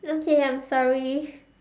okay I'm sorry